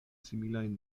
similajn